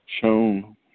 Shown